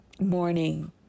Morning